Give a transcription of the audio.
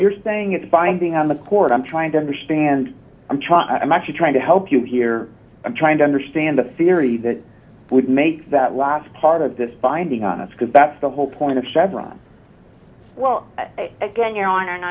you're saying it's binding on the court i'm trying to understand i'm trying i'm actually trying to help you here i'm trying to understand the theory that would make that last part of this binding on us because that's the whole point of chevron well again your honor and